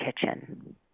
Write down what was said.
kitchen